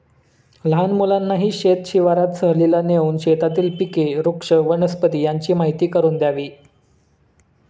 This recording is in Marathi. लहान मुलांनाही शेत शिवारात सहलीला नेऊन शेतातील पिके, वृक्ष, वनस्पती यांची माहीती करून द्यावी